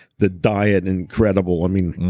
the diet, incredible. i mean,